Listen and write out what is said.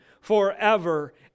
forever